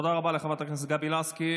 תודה רבה לך, חברת הכנסת גבי לסקי.